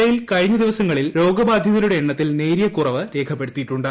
ജില്ലയിൽ കഴിഞ്ഞ ദിവസങ്ങളിൽ രോഗബാധിതരുടെ എണ്ണത്തിൽ നേരിയ കുറവ് രേഖപ്പെടുത്തിയിട്ടുണ്ട്